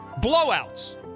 Blowouts